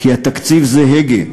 כי התקציב זה הגה,